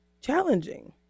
challenging